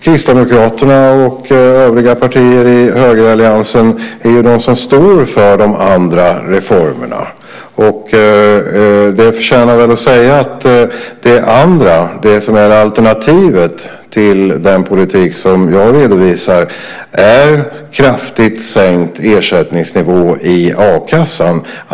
Kristdemokraterna och övriga partier i högeralliansen är de som står för de andra reformerna. Det förtjänar väl att sägas att det andra, det som är alternativet till den politik som jag redovisar, är kraftigt sänkt ersättningsnivå i a-kassan.